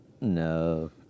No